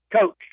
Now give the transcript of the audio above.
Coach